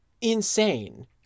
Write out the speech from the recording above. insane